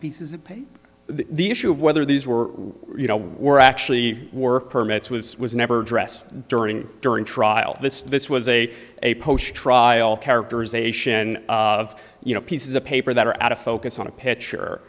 pieces of paper the issue of whether these were you know were actually work permits was was never addressed during during trial this this was a a post trial characterization of you know pieces of paper that are out of focus on a